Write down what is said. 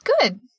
good